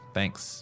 Thanks